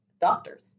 doctors